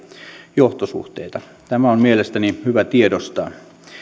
johtosuhteita tämä on mielestäni hyvä tiedostaa